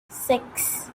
six